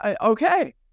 okay